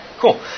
cool